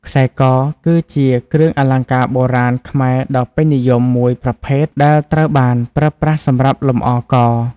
ខ្សែ ក គឺជាគ្រឿងអលង្ការបុរាណខ្មែរដ៏ពេញនិយមមួយប្រភេទ ដែលត្រូវបានប្រើប្រាស់សម្រាប់លម្អ ក។